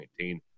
2019